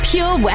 Pure